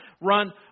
Run